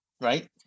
right